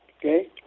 okay